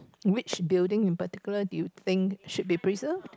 which building in particular do you think should be preserved